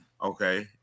Okay